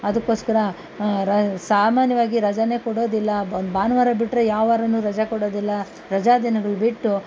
ಅದಕ್ಕೋಸ್ಕರ ರಾ ಸಾಮಾನ್ಯವಾಗಿ ರಜಾನೇ ಕೊಡೋದಿಲ್ಲ ಭಾನುವಾರ ಬಿಟ್ಟರೆ ಯಾವ ವಾರವೂ ರಜೆ ಕೊಡೋದಿಲ್ಲ ರಜೆ ದಿನಗಳು ಬಿಟ್ಟು